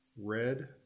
Red